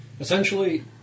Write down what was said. Essentially